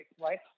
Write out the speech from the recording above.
right